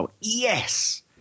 yes